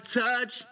touch